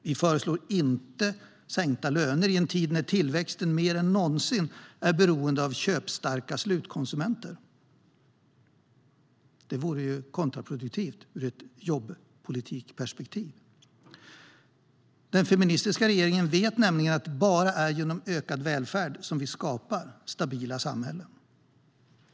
Vi föreslår inte sänkta löner i en tid när tillväxten mer än någonsin är beroende av köpstarka slutkonsumenter. Det vore kontraproduktivt ur ett jobbpolitiskt perspektiv. Den feministiska regeringen vet nämligen att det bara är genom ökad välfärd vi skapar stabila samhällen.